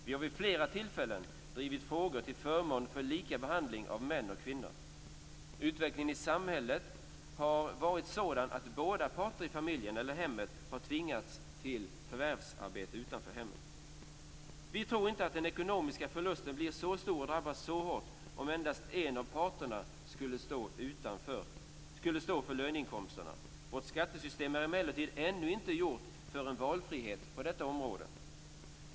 Vi har vid flera tillfällen drivit frågor till förmån för lika behandling av män och kvinnor. Utvecklingen i samhället har varit sådan att båda parter i familjen, eller hemmet, har tvingats till förvärvsarbete utanför hemmet. Vi tror inte att den ekonomiska förlusten blir så stor och drabbar så hårt om endast en av parterna skulle stå för löneinkomsterna. Vårt skattesystem är emellertid ännu inte gjort för en valfrihet på detta område.